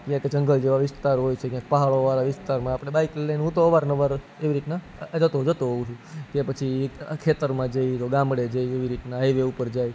જંગલ જીવ વિસ્તાર હોય છે ક્યાંક પહાડોવાળા વિસ્તારોમાં આપણે બાઇક લઈને હું તો અવારનવાર એવી રીતના જતો જતો હોઉ છું કે પછી ખેતરમાં જઈએ ગામડે જઈએ હાઇવે ઉપર જાય